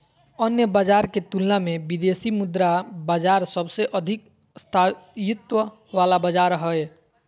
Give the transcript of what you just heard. अन्य बाजार के तुलना मे विदेशी मुद्रा बाजार सबसे अधिक स्थायित्व वाला बाजार हय